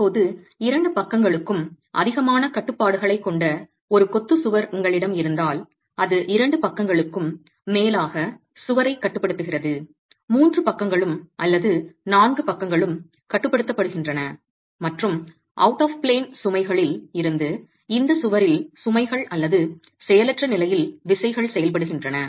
இப்போது 2 பக்கங்களுக்கும் அதிகமான கட்டுப்பாடுகளைக் கொண்ட ஒரு கொத்துச் சுவர் உங்களிடம் இருந்தால் அது 2 பக்கங்களுக்கும் மேலாக சுவரைக் கட்டுப்படுத்துகிறது 3 பக்கங்களும் அல்லது 4 பக்கங்களும் கட்டுப்படுத்தப்படுகின்றன மற்றும் அவுட் ஆப் பிளேன் சுமைகளில் இருந்து இந்த சுவரில் சுமைகள் அல்லது செயலற்ற நிலையில் விசைகள் செயல்படுகின்றன